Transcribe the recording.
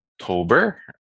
October